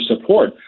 support